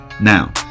now